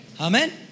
Amen